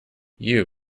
you